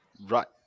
Right